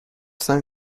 زنگ